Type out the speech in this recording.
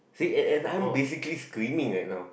see and and I am basically screaming eh now